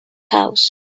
house